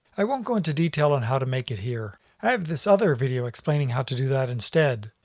i won't go into detail on how to make it here. i have this other video explaining how to do that instead.